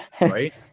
right